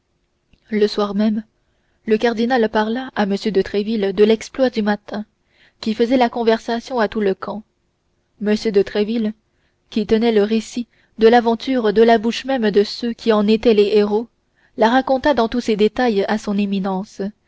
le soir même le cardinal parla à m de tréville de l'exploit du matin qui faisait la conversation de tout le camp m de tréville qui tenait le récit de l'aventure de la bouche même de ceux qui en étaient les héros la raconta dans tous ses détails à son éminence